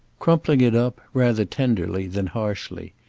crumpling it up rather tenderly than harshly.